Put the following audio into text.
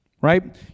Right